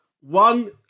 One